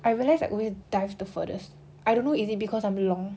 I realize I always dived the furthest I don't know is it because I'm long